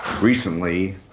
recently